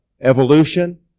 evolution